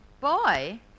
Boy